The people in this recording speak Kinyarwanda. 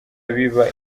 biba